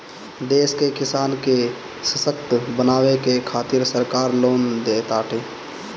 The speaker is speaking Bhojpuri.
देश के किसान के ससक्त बनावे के खातिरा सरकार लोन देताटे